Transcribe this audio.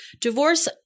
divorce